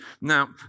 Now